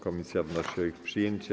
Komisja wnosi o ich przyjęcie.